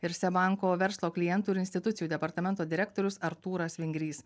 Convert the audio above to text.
ir seb banko verslo klientų ir institucijų departamento direktorius artūras vingrys